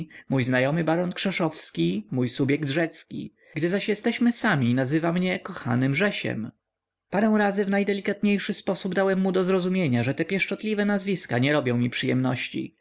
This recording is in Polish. mój znajomy baron krzeszowski mój subjekt rzecki gdy zaś jesteśmy sami nazywa mnie kochanym rzesiem parę razy w najdelikatniejszy sposób dałem mu do zrozumienia że te pieszczotliwe nazwiska nie robią mi przyjemności